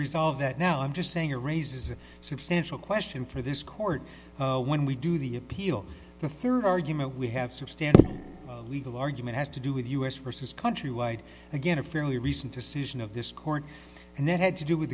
resolve that now i'm just saying a raise is a substantial question for this court when we do the appeal the third argument we have substantial legal argument has to do with u s forces countrywide again a fairly recent decision of this court and that had to do with